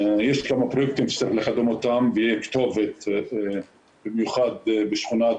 יש כמה פרויקטים שצריך לקדם במיוחד ביפיע.